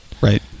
right